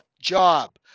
job